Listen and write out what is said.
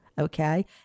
Okay